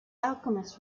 alchemist